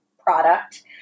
product